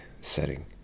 setting